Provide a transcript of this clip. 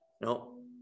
no